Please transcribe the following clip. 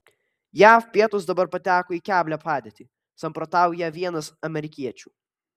jav pietūs dabar pateko į keblią padėtį samprotauja vienas amerikiečių